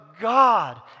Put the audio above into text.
God